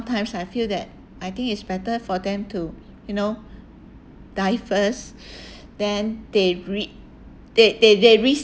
times I feel that I think it's better for them to you know die first then they re~ they they they restart